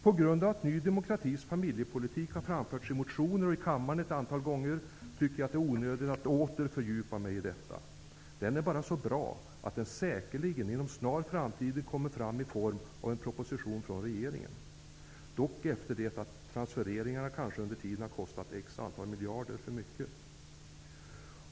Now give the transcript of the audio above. På grund av att Ny demokratis familjepolitik har framförts i motioner och i kammaren ett antal gånger är det onödigt att jag åter fördjupar mig i den. Den är så bra att den säkerligen, inom en snar framtid, kommer fram i form av en proposition från regeringen. Men då har transfereringarna kanske kostat ett antal miljarder för mycket.